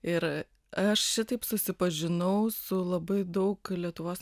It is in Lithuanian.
ir aš šitaip susipažinau su labai daug lietuvos